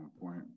Point